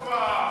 הופה.